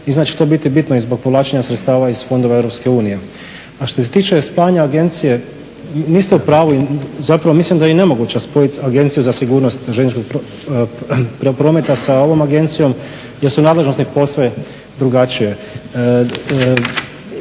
i da će to biti bitno i zbog povlačenja sredstava iz fondova EU. A što se tiče spajanja agencije niste u pravu i zapravo mislim da je i nemoguće spojiti Agenciju za sigurnost željezničkog prometa sa ovom agencijom jer su nadležnosti posve drugačije.